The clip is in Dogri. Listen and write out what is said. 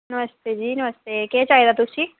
नमस्ते जी नमस्ते केह् चाहि्दा तुसेंगी